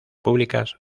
públicas